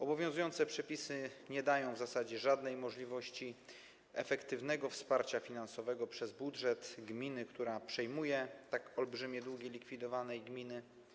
Obowiązujące przepisy nie dają w zasadzie żadnej możliwości efektywnego wsparcia finansowego przez budżet państwa gminy, która przejmuje tak olbrzymie długi likwidowanej gminy.